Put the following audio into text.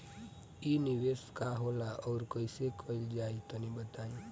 इ निवेस का होला अउर कइसे कइल जाई तनि बताईं?